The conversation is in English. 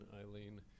Eileen